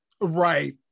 Right